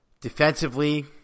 Defensively